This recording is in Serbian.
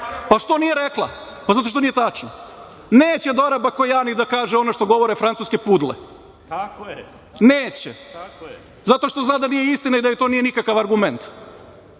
Što nije rekla? Zato što nije tačno. Neće Dora Bakojani da kaže ono što govore francuske pudle. Neće, zato što zna da nije istina i da joj to nije nikakav argument,